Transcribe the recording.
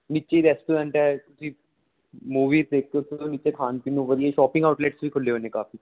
ਨੀਚੇ ਰੈਸਟੋਰੈਂਟ ਹੈ ਤੁਸੀਂ ਮੂਵੀ ਦੇਖੋ ਥੋੜ੍ਹਾ ਨੀਚੇ ਖਾਣ ਪੀਣ ਨੂੰ ਵਧੀਆ ਸ਼ੋਪਿੰਗ ਆਊਟਲੈਟਸ ਵੀ ਖੁੱਲ੍ਹੇ ਹੋਏ ਨੇ ਕਾਫੀ